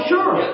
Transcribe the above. Sure